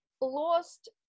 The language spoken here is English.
lost